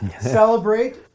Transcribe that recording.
celebrate